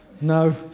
No